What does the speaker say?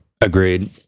Agreed